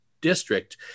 district